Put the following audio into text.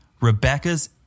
Rebecca's